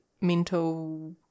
mental